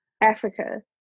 Africa